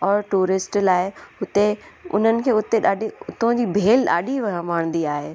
और टूरिस्ट लाइ हुते उन्हनि खे उते ॾाढी उतो जी भेल ॾाढी वण वणंदी आहे